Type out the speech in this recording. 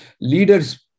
leaders